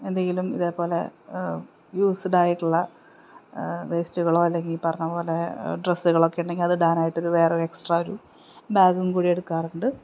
എന്തെങ്കിലും ഇതേപോലെ യൂസ്ഡായിട്ടുള്ള വേസ്റ്റുകളോ അല്ലെങ്കില് ഈ പറഞ്ഞതുപോലെ ഡ്രസ്സുകളൊക്കെയുണ്ടെങ്കില് അതിടാനായിട്ടൊരു വേറെയൊരു എക്സ്ട്രാ ഒരു ബാഗും കൂടി എടുക്കാറുണ്ട്